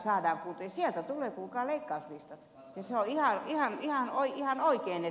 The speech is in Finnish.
ja sieltä tulee kuulkaa leikkauslistat ja se on ihan oikein